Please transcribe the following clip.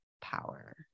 power